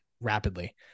rapidly